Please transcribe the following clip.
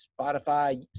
Spotify